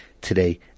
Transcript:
today